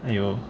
!aiyo!